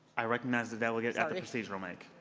i recognize the delegate at the procedural mic.